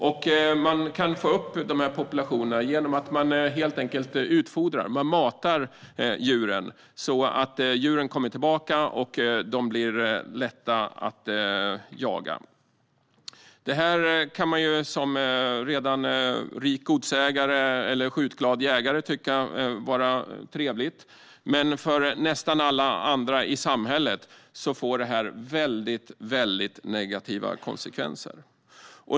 Populationerna kan ökas genom att man helt enkelt utfodrar - matar - djuren så att djuren kommer tillbaka och blir lätta att jaga. Är man en rik godsägare eller en skjutglad jägare kan man tycka att detta är trevligt, men för nästan alla andra i samhället får detta mycket negativa konsekvenser.